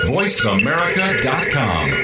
VoiceAmerica.com